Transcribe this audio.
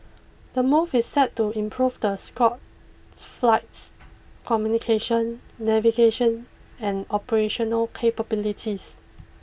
the move is set to improve the Scoot's flight's communication navigation and operational capabilities